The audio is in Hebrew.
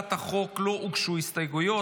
להצעת החוק לא הוגשו הסתייגויות,